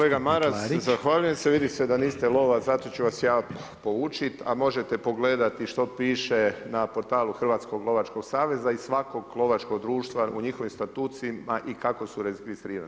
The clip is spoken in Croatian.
Kolega Maras, zahvaljujem se, vidi se da niste lovac, zato ću vas ja poučiti, a možete pogledati što piše na portalu Hrvatskog lovačkog saveza i svakog lovačkog društva u njihovim statuama i kako su registrirani.